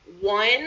one